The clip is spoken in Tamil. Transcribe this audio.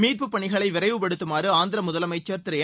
மீட்பு பணிகளை விரைவுப்படுத்துமாறு ஆந்திர முதலமைச்சர் திரு என்